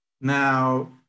Now